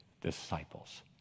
disciples